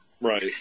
Right